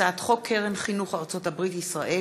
הצעת חוק קרן חינוך ארצות הברית-ישראל,